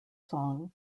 song